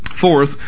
fourth